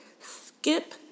skip